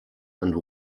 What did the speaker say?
and